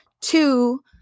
two